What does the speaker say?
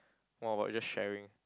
more about just sharing